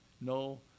No